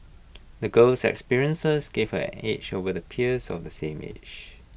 the girl's experiences gave her an edge over the peers of the same age